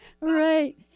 Right